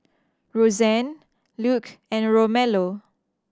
Rozanne Luc and Romello